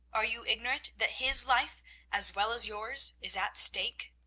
are you ignorant that his life as well as yours is at stake?